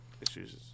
issues